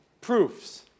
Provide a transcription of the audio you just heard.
proofs